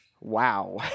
wow